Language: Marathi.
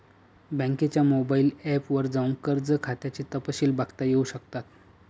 बँकेच्या मोबाइल ऐप वर जाऊन कर्ज खात्याचे तपशिल बघता येऊ शकतात